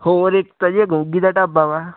ਹੋਰ ਇੱਕ ਤਾ ਜੀ ਗੋਗੀ ਦਾ ਢਾਬਾ ਵਾ